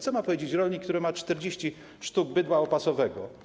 Co ma powiedzieć rolnik, który ma 40 sztuk bydła opasowego?